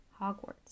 Hogwarts